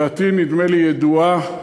דעתי, נדמה לי, ידועה.